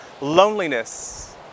loneliness